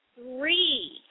three